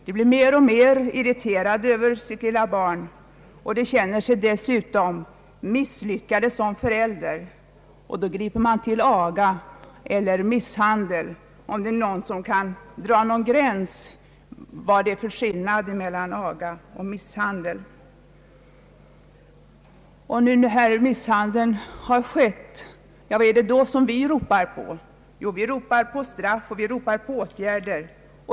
De blir mer och mer irriterade över sitt lilla barn och känner sig dessutom misslyckade som föräldrar. De griper till aga eller misshandel — om nu någon kan säga vad som är skillnaden mellan aga och misshandel. När misshandeln har skett, vad ropar vi då efter? Jo, straff och åtgärder.